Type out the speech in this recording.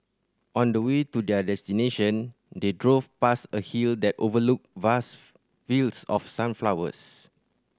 on the way to their destination they drove past a hill that overlooked vast fields of sunflowers